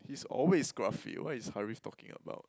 he's always scruffy what is Harif talking about